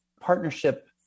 partnership